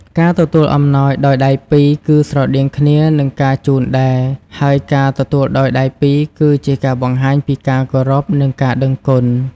ការទទួលអំណោយដោយដៃពីរ គឺស្រដៀងគ្នានឹងការជូនដែរ ហើយការទទួលដោយដៃពីរគឺជាការបង្ហាញ ពីការគោរព និងការដឹងគុណ។